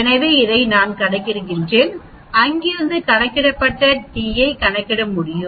எனவே இதை நான் கணக்கிடுகிறேன் அங்கிருந்து கணக்கிடப்பட்ட t ஐ கணக்கிட முடியும்